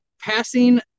passing